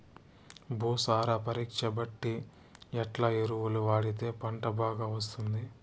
భూసార పరీక్ష బట్టి ఎట్లా ఎరువులు వాడితే పంట బాగా వస్తుంది?